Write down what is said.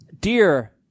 Dear